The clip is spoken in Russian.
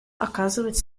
оказывать